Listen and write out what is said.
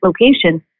location